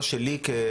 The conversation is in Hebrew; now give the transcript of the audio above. חשוב לי להדגיש